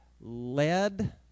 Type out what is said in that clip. led